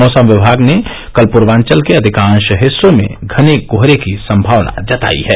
मौसम विभाग ने कल पूर्वांचल के अधिकांश हिस्सों में घने कोहरे की संभावना जतायी है